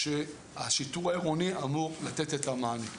שהשיטור העירוני אמור לתת את המענה עליו.